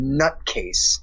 nutcase